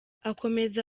akomeza